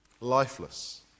lifeless